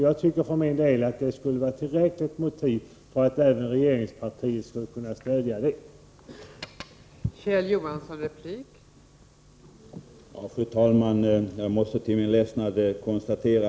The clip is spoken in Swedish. Jag tycker för min del att det skulle vara tillräckligt motiv för att även regeringspartiet skulle kunna stödja det förslaget.